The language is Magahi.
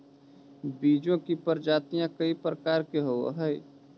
बीजों की प्रजातियां कई प्रकार के होवअ हई